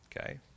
Okay